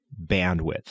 bandwidth